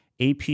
AP